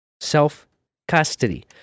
Self-custody